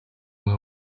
umwe